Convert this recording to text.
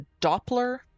Doppler